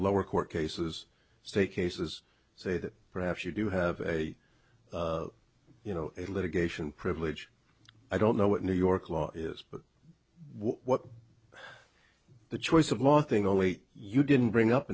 lower court cases say cases say that perhaps you do have a you know litigation privilege i don't know what new york law is but what the choice of law thing only you didn't bring up